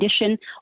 condition